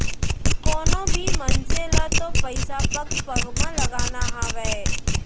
कोनों भी मनसे ल तो पइसा पग पग म लगाना हावय